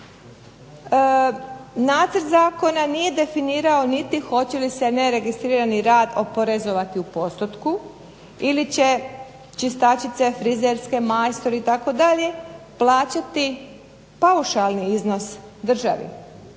Nacrt zakona nije definirao niti hoće li se neregistrirani rad oporezovati u postotku ili će čistačice, frizerke, majstori itd., plaćati paušalni iznos državi.